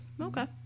Okay